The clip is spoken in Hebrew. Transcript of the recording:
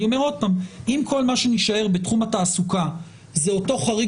אני אומר שוב שאם כל מה שנישאר בתחום התעסוקה הוא אותו חריג